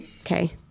Okay